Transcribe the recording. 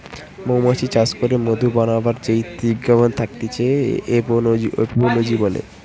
মৌমাছি চাষ করে মধু বানাবার যেই বিজ্ঞান থাকতিছে এপিওলোজি বলে